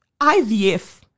IVF